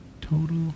Total